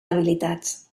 habilitats